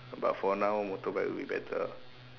but for now motorbike will be better